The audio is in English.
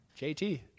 JT